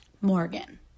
Morgan